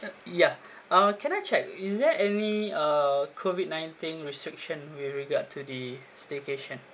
uh yeah uh can I check is there any uh COVID nineteen restriction with regard to the staycation